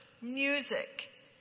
music